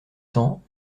cents